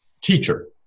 teacher